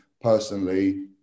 personally